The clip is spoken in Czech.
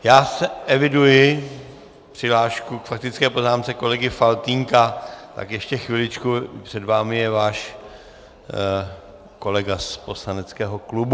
Já eviduji přihlášku k faktické poznámce kolegy Faltýnka, tak ještě chviličku, před vámi je váš kolega z poslaneckého klubu.